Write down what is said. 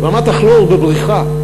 בריכה, רמת הכלור בבריכה.